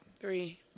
Three